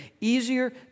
easier